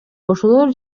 ошолор